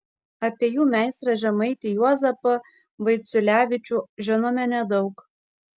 apie jų meistrą žemaitį juozapą vaiciulevičių žinome nedaug